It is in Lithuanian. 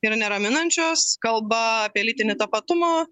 yra neraminančios kalba apie lytinį tapatumą